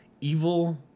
evil